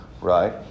right